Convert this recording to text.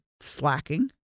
slacking